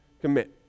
commit